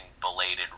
belated